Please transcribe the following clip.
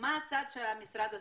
הצעד שהמשרד עושה?